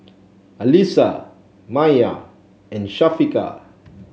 Alyssa Maya and Syafiqah